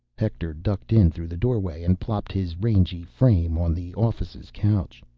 hector ducked in through the doorway and plopped his rangy frame on the office's couch.